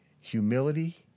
humility